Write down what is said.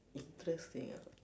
interesting ah